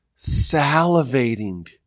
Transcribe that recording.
salivating